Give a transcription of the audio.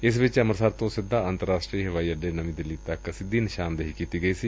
ਇਸ ਵਿੱਚ ਅੰਮ੍ਰਿਤਸਰ ਤੋ ਸਿੱਧਾ ਅੰਤਰਰਾਸ਼ਟਰੀ ਹਵਾਈ ਅੱਡੇ ਨਵੀ ਦਿੱਲੀ ਤੱਕ ਸਿੱਧੀ ਨਿਸ਼ਾਨਦੇਹੀ ਕੀਤੀ ਗਈ ਸੀ